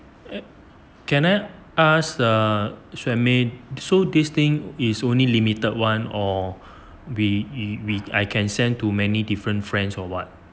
can I ask err should made so this thing is only limited [one] or we we I can send to many different friends or what